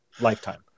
lifetime